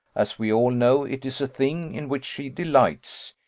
as we all know it is a thing in which she delights,